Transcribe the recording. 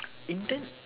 intern